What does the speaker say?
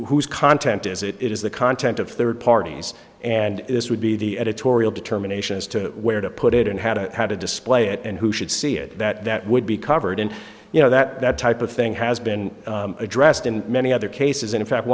who's content is it is the content of third parties and this would be the editorial determination as to where to put it and how to how to display it and who should see it that that would be covered and you know that that type of thing has been addressed in many other cases and in fact